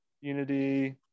Unity